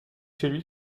celui